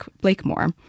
Blakemore